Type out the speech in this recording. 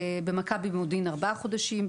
במכבי במודיעין ארבעה חודשים,